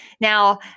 Now